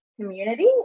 community